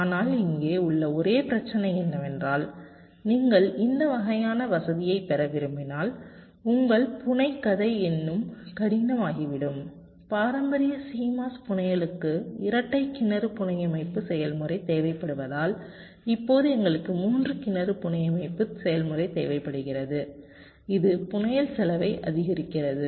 ஆனால் இங்கே உள்ள ஒரே பிரச்சனை என்னவென்றால் நீங்கள் இந்த வகையான வசதியைப் பெற விரும்பினால் உங்கள் புனைகதை இன்னும் கடினமாகிவிடும் பாரம்பரிய CMOS புனையலுக்கு இரட்டை கிணறு புனையமைப்பு செயல்முறை தேவைப்படுவதால் இப்போது எங்களுக்கு மூன்று கிணறு புனையமைப்பு செயல்முறை தேவைப்படுகிறது இது புனையல் செலவை அதிகரிக்கிறது